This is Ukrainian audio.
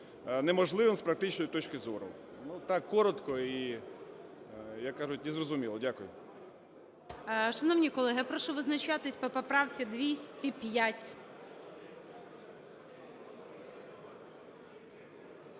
неможливим з практичної точки зору. Ну так коротко і, як кажуть, і зрозуміло. Дякую. ГОЛОВУЮЧИЙ. Шановні колеги, прошу визначатись по поправці 205.